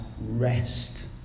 rest